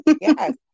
yes